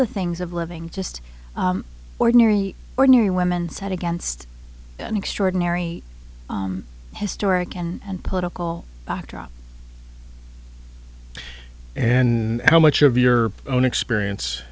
the things of living just ordinary ordinary women set against an extraordinary historic and political backdrop and how much of your own experience